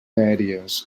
aèries